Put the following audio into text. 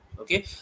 Okay